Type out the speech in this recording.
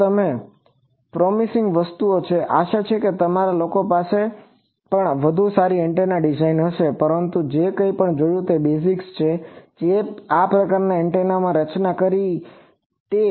તો આ પ્રોમીસ્સિંગ વસ્તુઓ છે આશા છે કે તમારા લોકો પાસે પણ વધુ સારી રીતે એન્ટેના ડિઝાઇન હશે પરંતુ આપણે જે કંઈપણ જોયું તે બેઝિક્સ જે આ પ્રકારનાં એન્ટેનાની રચના કરે છે તે હતું